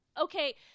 okay